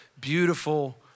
beautiful